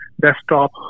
desktop